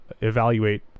evaluate